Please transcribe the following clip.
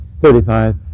thirty-five